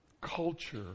Culture